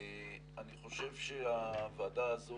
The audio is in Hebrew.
הוועדה הזו,